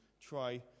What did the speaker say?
try